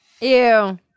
Ew